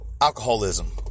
alcoholism